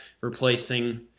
replacing